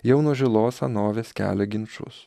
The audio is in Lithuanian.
jau nuo žilos senovės kelia ginčus